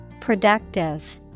productive